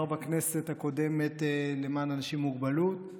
בכנסת הקודמת למען אנשים עם מוגבלות,